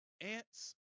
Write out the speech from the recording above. Ants